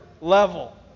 level